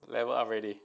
level up already